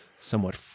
somewhat